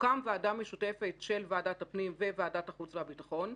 תוקם ועדה משותפת של ועדת הפנים וועדת החוץ והביטחון,